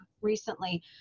recently